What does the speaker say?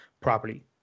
properly